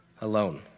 alone